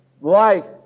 life